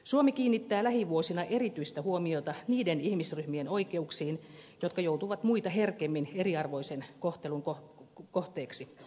suomi kiinnittää lähivuosina erityistä huomiota niiden ihmisryhmien oikeuksiin jotka joutuvat muita herkemmin eriarvoisen kohtelun kohteiksi